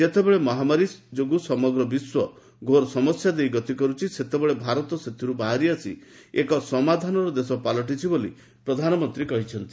ଯେତେବେଳେ ମହାମାରୀ ଯୋଗୁଁ ସମଗ୍ର ବିଶ୍ୱ ଘୋର ସମସ୍ୟା ଦେଇ ଗତିକରୁଛି ସେତେବେଳେ ଭାରତ ସେଥିରୁ ବାହାରି ଆସି ଏକ ସମାଧାନର ଦେଶ ପାଲଟିଛି ବୋଲି ପ୍ରଧାନମନ୍ତ୍ରୀ କହିଚ୍ଚନ୍ତି